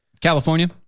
California